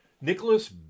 Nicholas